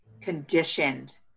conditioned